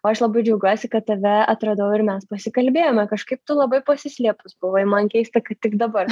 o aš labai džiaugiuosi kad tave atradau ir mes pasikalbėjome kažkaip tu labai pasislėpus buvai man keista kad tik dabar